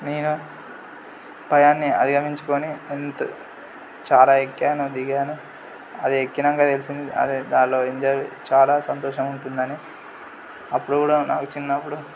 నేను భయాన్ని అధిగమించుకొని ఎంత చాలా ఎక్కాను దిగాను అది ఎక్కినాక తెలిసింది అది దాంట్లో ఎంజాయ్ చాలా సంతోషంగా ఉంటుంది అని అప్పుడు కూడా నాకు చిన్నప్పుడు